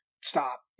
Stop